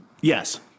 Yes